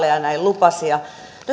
lupasi nyt minä kysyn teiltä ministeri orpo